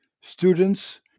students